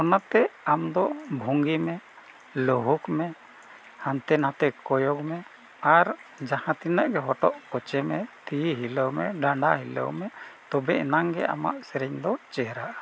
ᱚᱱᱟᱛᱮ ᱟᱢ ᱫᱚ ᱵᱷᱚᱝᱜᱤ ᱢᱮ ᱞᱩᱦᱩᱠ ᱢᱮ ᱦᱟᱱᱛᱮ ᱱᱷᱟᱛᱮ ᱠᱚᱭᱚᱜ ᱢᱮ ᱟᱨ ᱡᱟᱦᱟᱸ ᱛᱤᱱᱟᱹᱜ ᱜᱮ ᱦᱚᱴᱚᱜ ᱠᱚᱪᱮ ᱢᱮ ᱛᱤ ᱦᱤᱞᱟᱹᱣ ᱢᱮ ᱰᱟᱸᱰᱟ ᱦᱤᱞᱟᱹᱣ ᱢᱮ ᱛᱚᱵᱮ ᱮᱱᱟᱝ ᱜᱮ ᱟᱢᱟᱜ ᱥᱮᱨᱮᱧ ᱫᱚ ᱪᱮᱦᱨᱟᱜᱼᱟ